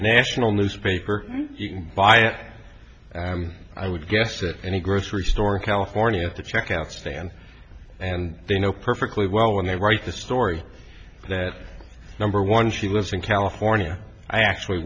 national newspaper you can buy it i would guess that any grocery store in california at the checkout stand and they know perfectly well when they write the story that number one she lives in california i actually